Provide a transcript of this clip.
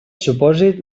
supòsit